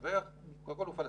המתווך, קודם כל הוא פלסטיני,